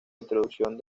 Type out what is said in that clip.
introducción